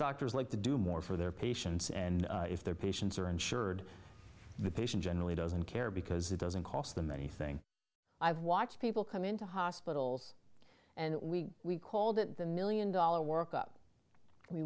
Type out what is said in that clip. doctors like to do more for their patients and if their patients are insured the patient generally doesn't care because it doesn't cost them anything i've watched people come into hospitals and we we called it the million dollar work up we